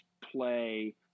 play